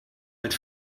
als